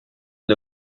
och